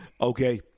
okay